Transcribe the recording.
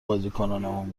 بازیکنامون